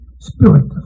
Spirit